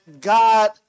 God